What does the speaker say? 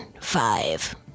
five